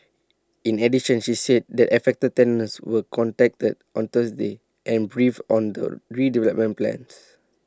in addition she said that affected tenants were contacted on Thursday and briefed on the redevelopment plans